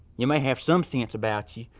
you may have some sense about ya.